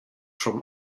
from